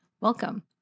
Welcome